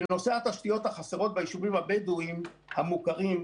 בנושא התשתיות החסרות ביישובים הבדואים המוכרים,